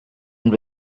and